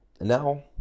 now